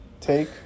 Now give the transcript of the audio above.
take